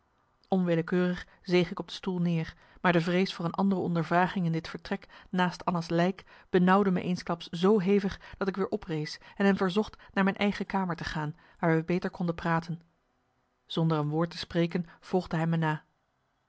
onwillekeurig zeeg ik op de stoel neer maar de vrees voor een nadere ondervraging in dit vertrek naast anna's lijk benauwde me eensklaps zoo hevig dat ik weer oprees en hem verzocht naar mijn eigen kamer te gaan waar wij beter konden praten zonder een woord te spreken volgde hij me na